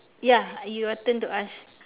ya your turn to ask